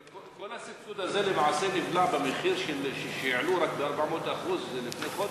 כל הסבסוד הזה למעשה נבלע במחיר שהעלו רק ב-400% לפני חודש.